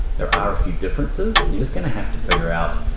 there are a few differences, you're just gonna have to figure out,